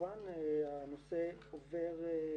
כמובן הנושא עובר.